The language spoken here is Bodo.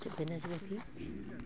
जोबबायना जोंबाखै